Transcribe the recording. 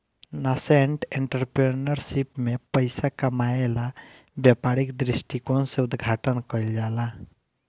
nascent entrepreneurship में पइसा कामायेला व्यापारिक दृश्टिकोण से उद्घाटन कईल जाला